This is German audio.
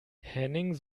henning